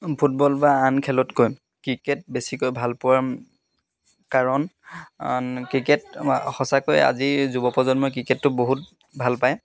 football বা আন খেলতকৈ ক্ৰিকেট বেছিকৈ ভাল পোৱাৰ কাৰণ ক্ৰিকেট সঁচাকৈ আজিৰ যুৱ প্ৰজন্মই ক্ৰিকেটটো বহুত ভাল পায়